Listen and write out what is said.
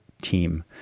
team